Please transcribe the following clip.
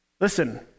Listen